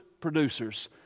producers